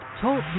Talk